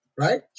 Right